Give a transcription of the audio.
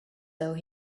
though